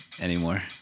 anymore